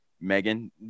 Megan